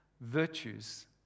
virtues